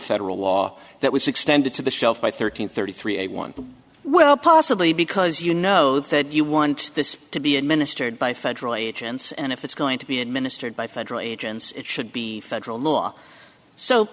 federal law that was extended to the shelves by thirteen thirty three a one well possibly because you know that you want this to be administered by federal agents and if it's going to be administered by federal agents it should be federal law so